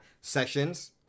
Sessions